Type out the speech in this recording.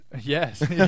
Yes